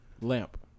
lamp